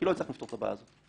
כי לא הצלחנו לפתור את הבעיה הזאת.